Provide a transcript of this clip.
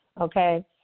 okay